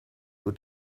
who